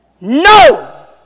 No